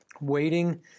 waiting